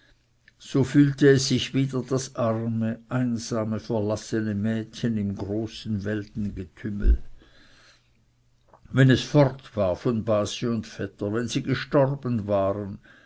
so fühlte es sich wieder das arme einsame verlassene mädchen im großen weltengetümmel wenn es fort war von base und vetter wenn sie gestorben waren